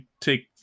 take